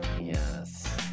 Yes